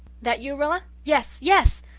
that you, rilla? yeth yeth.